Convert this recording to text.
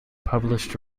published